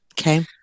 Okay